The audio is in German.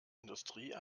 industrie